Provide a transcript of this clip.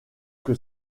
que